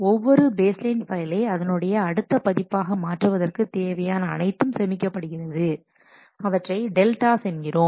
ஒவ்வொரு பேஸ்லைன் ஃபைலை அதனுடைய அடுத்த பதிப்பாக மாற்றுவதற்கு தேவையான அனைத்தும் சேமிக்கப்படுகிறது அவற்றை டெல்டாஸ் என்கிறோம்